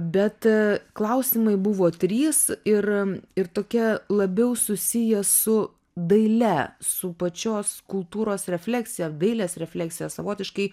bet klausimai buvo trys ir ir tokie labiau susiję su daile su pačios kultūros refleksija ar dailės refleksija savotiškai